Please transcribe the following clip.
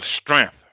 strength